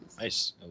Nice